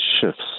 shifts